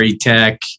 Tech